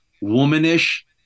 womanish